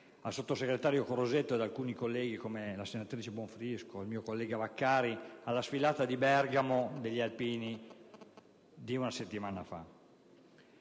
al sottosegretario Crosetto e ad alcuni colleghi, come la senatrice Bonfrisco e il mio collega di Gruppo Vaccari, alla sfilata degli alpini di una settimana fa